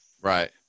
Right